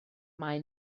mae